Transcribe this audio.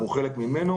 אנחנו חלק ממנו.